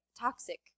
toxic